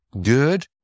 good